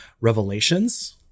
Revelations